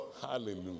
Hallelujah